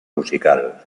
musical